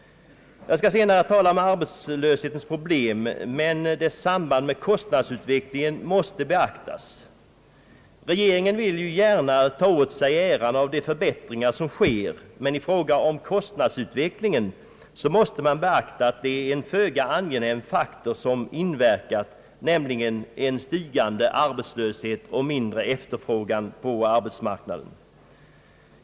Jag skall, herr talman, sedan tala om arbetslöshetens problem, men dess samband med = kostnadsutvecklingen måste beaktas. Regeringen vill gärna ta åt sig äran av de förbättringar som sker, men i fråga om kostnadsutvecklingen måste man beakta att det är en föga angenäm faktor som inverkat, nämligen en stigande arbetslöshet och mindre efterfrågan på arbetskraft.